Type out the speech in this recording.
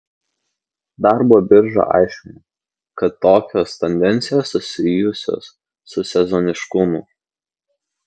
darbo birža aiškina kad tokios tendencijos susijusios su sezoniškumu